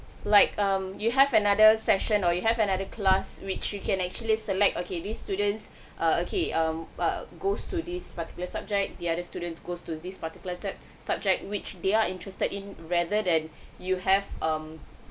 like um you have another session or you have another class which you can actually select okay these students uh okay um uh goes to this particular subject the other students goes to this particular sub~ subject which they are interested in rather than you have um